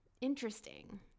interesting